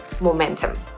momentum